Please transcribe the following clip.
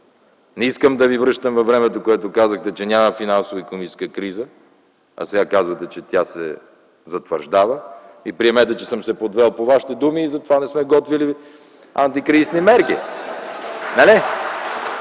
Не искам да Ви връщам във времето, в което казахте, че няма финансово-икономическа криза, а сега казвате, че тя се затвърждава. Приемете, че съм се подвел по Вашите думи и затова не сме готвили антикризисни мерки.